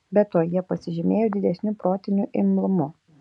be to jie pasižymėjo didesniu protiniu imlumu